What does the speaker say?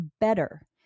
better